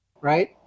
right